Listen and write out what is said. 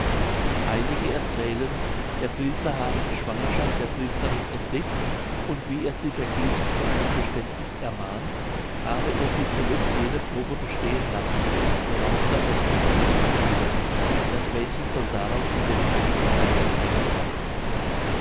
einige erzählen der priester habe die schwangerschaft der priesterin entdeckt und wie er sie vergebens zu einem geständniß ermahnt habe er sie zuletzt jene probe bestehen lassen worauf dann das wunder sich begeben das mädchen soll darauf in dem heiligen see ertränkt seyn